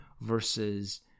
versus